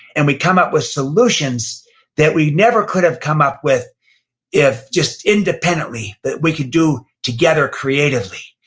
and we come up with solutions that we never could have come up with if just independently that we could do together creatively.